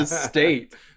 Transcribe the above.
state